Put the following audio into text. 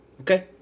Okay